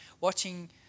watching